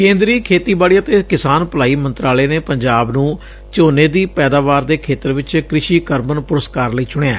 ਕੇਂਦਰੀ ਖੇਤੀਬਾੜੀ ਅਤੇ ਕਿਸਾਨ ਭਲਾਈ ਮੰਤਰਾਲੇ ਨੇ ਪੰਜਾਬ ਨੁੰ ਝੋਨੇ ਦੀ ਪੈਦਾਵਾਰ ਦੇ ਖੇਤਰ ਵਿਚ ਕ੍ਸ਼ੀ ਕਰਮਨ ਪੁਰਸਕਾਰ ਲਈ ਚੁਣਿਐ